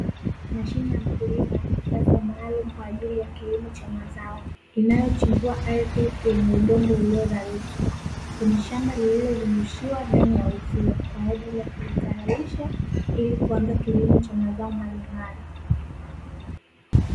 Mashine ya mkulima ya kisasa maalumu kwa ajili ya kilimo cha mazao. Inayochimbua ardhi yenye udongo ulio na rotuba. Kwenye shamba lililozungushiwa ndani ya uzio, kwa ajili ya kuitayarisha ili kuanza kilimo cha mazao mbalimbali.